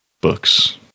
books